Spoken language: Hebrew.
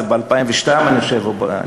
זה ב-2002 או ב-2003,